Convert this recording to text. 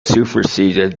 superseded